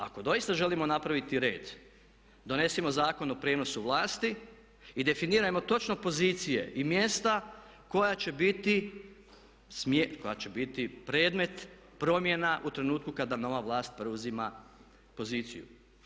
Ako doista želimo napraviti red donesimo Zakon o prijenosu vlasti i definirajmo točno pozicije i mjesta koja će biti predmet promjena u trenutku kada nova vlast preuzima poziciju.